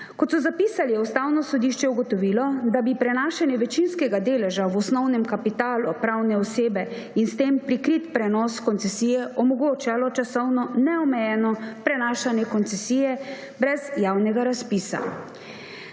Kot so zapisali, je Ustavno sodišče ugotovilo, da bi prenašanje večinskega deleža v osnovnem kapitalu pravne osebe in s tem prikrit prenos koncesije omogočalo časovno neomejeno prenašanje koncesije brez javnega razpisa.